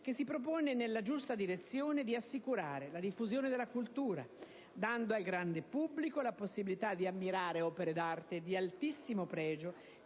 che si pone nella giusta direzione di assicurare la diffusione della cultura, dando al grande pubblico la possibilità di ammirare opere d'arte di altissimo pregio,